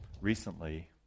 recently